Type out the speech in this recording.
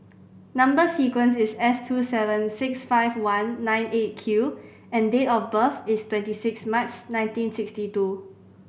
number sequence is S two seven six five one nine Eight Q and date of birth is twenty six March nineteen sixty two